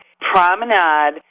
promenade